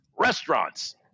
restaurants